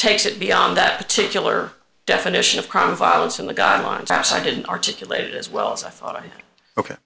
takes it beyond that particular definition of crime violence in the guidelines as i didn't articulate it as well as i thought i'd